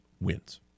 wins